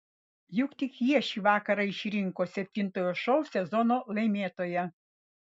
juk tik jie šį vakarą išrinko septintojo šou sezono laimėtoją